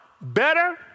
better